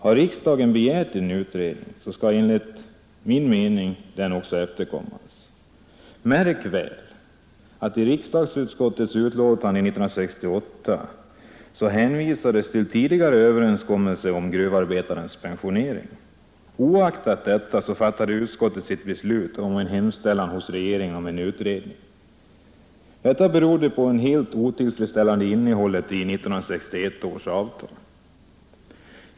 Har riksdagen begärt en utredning skall denna begäran enligt min mening också efterkommas. Märk väl att i riksdagsutskottets utlåtande år 1968 hänvisades till tidigare överenskommelse om gruvarbetarnas pensionering. Oaktat detta fattade utskottet sitt beslut om en hemställan hos regeringen om utredning. Detta berodde på det helt otillfredsställande innehållet i 1961 års avtal.